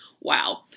Wow